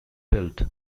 built